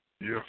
yes